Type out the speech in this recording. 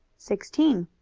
sixteen.